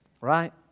right